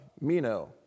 mino